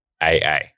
AA